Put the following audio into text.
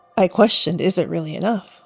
i questioned, is it really enough?